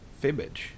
Fibbage